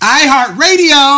iHeartRadio